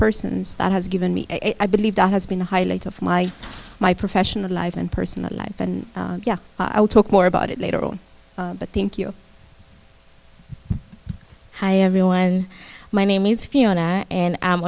persons that has given me i believe that has been the highlight of my my professional life and personal life and yeah i'll talk more about it later on but thank you hi everyone my name is fiona and i